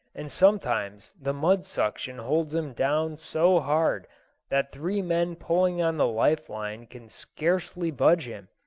and sometimes the mud suction holds him down so hard that three men pulling on the life-line can scarcely budge him.